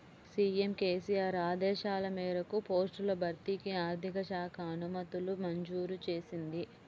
CM KCR ఆదేశాల మేరకు పోస్టుల భర్తీకి ఆర్థిక శాఖ అనుమతులు మంజూరు చేసింది